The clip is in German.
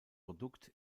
produkt